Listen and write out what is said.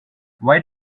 why